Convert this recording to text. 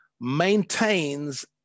maintains